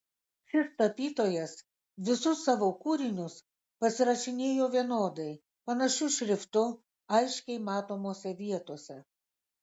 šis tapytojas visus savo kūrinius pasirašinėjo vienodai panašiu šriftu aiškiai matomose vietose